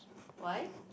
why